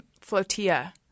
flotilla